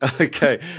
Okay